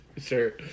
Sure